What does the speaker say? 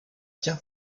bien